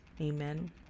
Amen